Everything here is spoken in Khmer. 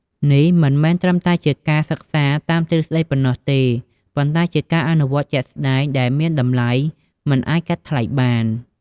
នេះមិនមែនត្រឹមតែជាការសិក្សាតាមទ្រឹស្តីប៉ុណ្ណោះទេ ប៉ុន្តែជាការអនុវត្តជាក់ស្តែង ដែលមានតម្លៃមិនអាចកាត់ថ្លៃបាន។